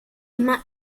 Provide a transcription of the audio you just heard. immer